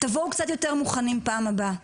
תבואו קצת יותר מוכנים בפעם הבאה.